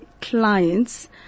clients